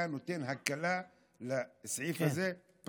אתה נותן הקלה בסעיף הזה.